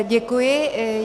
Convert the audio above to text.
Děkuji.